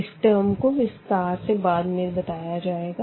इस टर्म को विस्तार से बाद में बताया जाएगा